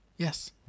Yes